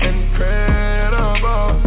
Incredible